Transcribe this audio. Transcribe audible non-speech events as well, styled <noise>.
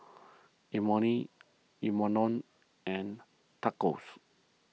Imoni <unintelligible> and Tacos